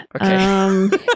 okay